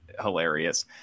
hilarious